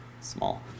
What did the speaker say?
Small